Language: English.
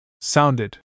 sounded